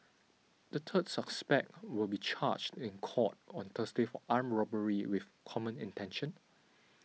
the third suspect will be charged in court on Thursday for armed robbery with common intention